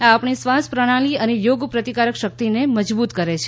આ આપણી શ્વાસ પ્રણાલી અને રોગ પ્રતિકારક શક્તિને મજબૂત કરે છે